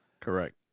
Correct